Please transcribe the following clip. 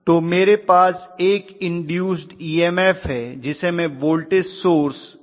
तो मेरे पास एक इन्दूस्ड ईएमएफ है जिसे मैं वोल्टेज सोर्स Ef के रूप में दिखा रहा हूं